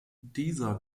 dieser